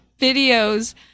videos